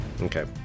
Okay